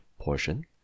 portion